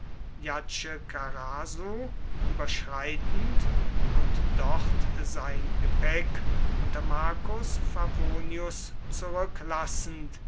jadsche karasu überschreitend und dort sein gepäck unter marcus favonius zurücklassend